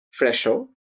Fresho